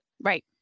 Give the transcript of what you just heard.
Right